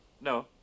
No